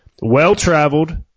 well-traveled